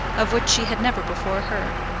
of which she had never before heard.